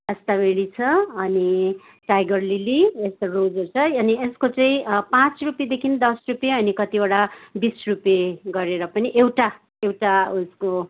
एस्टाबेरी छ अनि tiger lily यस्तो रोसहरू छ अनि यसको चाहिँ पाँच रुपियाँदेखि दस रुपियाँ अनि कतिवटा बिस रुपियाँ गरेर पनि एउटा एउटा उइसको